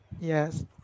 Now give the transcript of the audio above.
Yes